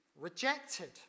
rejected